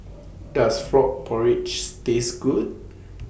Does Frog Porridges Taste Good